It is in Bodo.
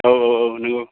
औ औ औ नोंगौ